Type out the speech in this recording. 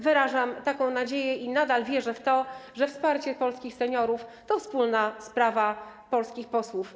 Wyrażam taką nadzieję i nadal wierzę w to, że wsparcie polskich seniorów to wspólna sprawa polskich posłów.